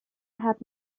had